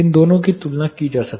इन दोनों की तुलना की जा सकती है